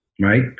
Right